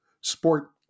sport